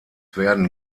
werden